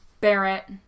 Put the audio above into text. Barrett